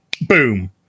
boom